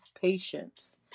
patience